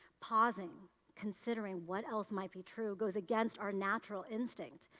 pausing considering what else might be true goes against our natural instinct,